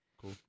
Cool